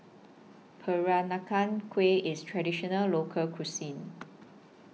Peranakan Kueh IS Traditional Local Cuisine